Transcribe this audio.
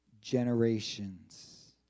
generations